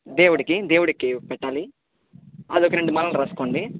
దేవుడుకి దేవుడుకి పెట్టాలి అదొక రెండు మాలలు రాస్కోండి